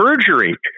surgery